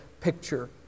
picture